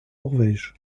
norvège